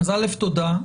אז אלף תודה,